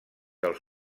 del